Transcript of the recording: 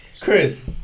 Chris